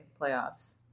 playoffs